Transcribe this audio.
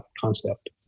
concept